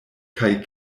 kaj